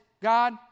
God